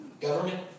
government